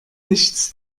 nichts